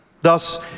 Thus